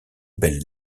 belles